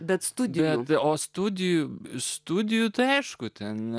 bet studentai o studijų studijų tai aišku ten